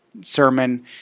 sermon